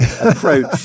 approach